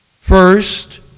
First